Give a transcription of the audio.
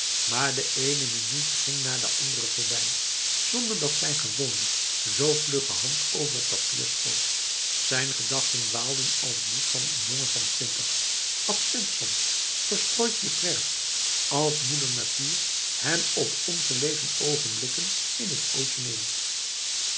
maar de ene minuut ging na de andere voorbij zonder dat zijn gewoonlijk zo vlugge hand over t papier schoof zijn gedachten dwaalden af als die van een jongen van twintig absent soms verstrooid dikwerf als moeder natuur hem op ongelegen ogenblikken in het ootje neemt